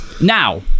Now